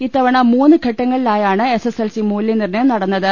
ഇത്തവണ മൂന്ന് ഘട്ടങ്ങളിലായാണ് എസ്എസ് എൽസി മൂല്യനിർണയം നടന്നത്